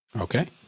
Okay